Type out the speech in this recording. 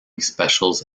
specials